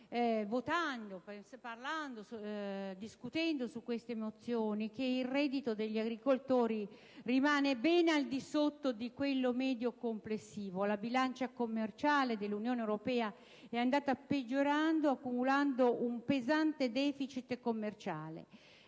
votando queste mozioni, che il reddito degli agricoltori rimane ben al di sotto di quello medio complessivo. La bilancia commerciale dell'Unione europea è andata peggiorando, accumulando un pesante deficit commerciale,